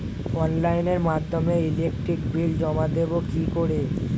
অনলাইনের মাধ্যমে electric bill জমা দেবো কি করে?